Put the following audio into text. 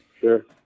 Sure